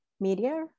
media